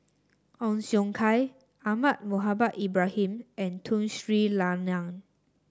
Ong Siong Kai Ahmad Mohamed Ibrahim and Tun Sri Lanang